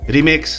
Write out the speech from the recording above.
Remix